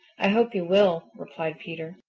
i hope you will, replied peter.